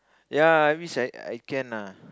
ya I wish I I can ah